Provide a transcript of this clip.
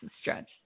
stretch